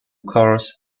cars